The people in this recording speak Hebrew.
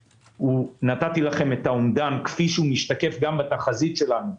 נתתי לכם את האומדן כפי שהוא משתקף גם בחזית שלנו,